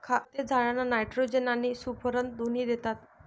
खते झाडांना नायट्रोजन आणि स्फुरद दोन्ही देतात